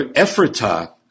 Ephrata